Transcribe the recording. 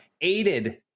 aided